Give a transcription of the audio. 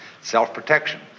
self-protection